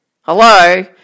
hello